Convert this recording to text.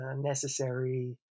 necessary